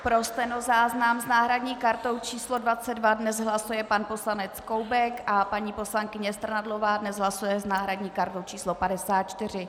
Pro stenozáznam s náhradní kartou číslo 22 dnes hlasuje pan poslanec Koubek a paní poslankyně Strnadlová dnes hlasuje s náhradní kartou číslo 54.